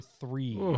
three